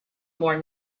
more